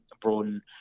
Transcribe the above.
broaden